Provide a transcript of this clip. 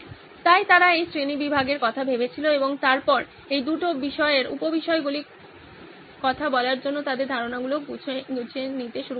তাই তারা এই শ্রেণীবিভাগের কথা ভেবেছিল এবং তারপর এই দুইটি বিষয় উপ বিষয়গুলির কথা বলার জন্য তাদের ধারণাগুলি গুছিয়ে নিতে শুরু করেছিল